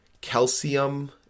calcium